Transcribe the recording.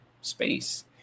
space